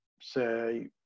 say